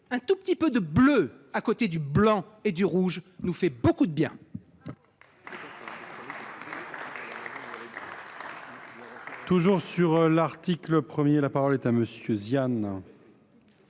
Un tout petit peu de bleu à côté du blanc et du rouge nous fait beaucoup de bien